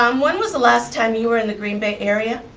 um when was the last time you were in the green bay area?